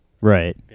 Right